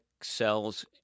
cells